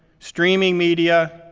streaming media,